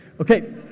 Okay